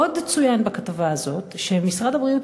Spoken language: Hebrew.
עוד צוין בכתבה הזאת שמשרד הבריאות,